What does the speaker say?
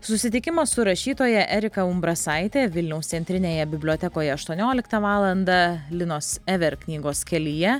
susitikimas su rašytoja erika umbrasaite vilniaus centrinėje bibliotekoje aštuonioliktą valandą linos ever knygos kelyje